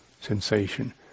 Sensation